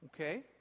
Okay